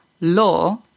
law